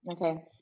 Okay